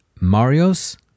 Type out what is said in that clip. Mario's